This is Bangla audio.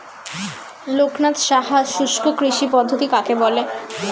লোকনাথ সাহা শুষ্ককৃষি পদ্ধতি কাকে বলে?